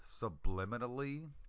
subliminally